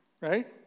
Right